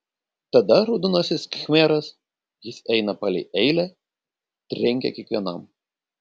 tada raudonasis khmeras jis eina palei eilę trenkia kiekvienam